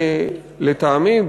לטעמי,